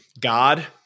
God